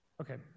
Okay